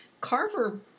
Carver